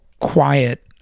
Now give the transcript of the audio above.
quiet